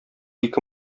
ике